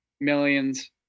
Millions